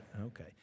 Okay